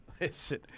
Listen